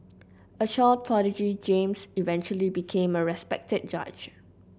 a child prodigy James eventually became a respected judge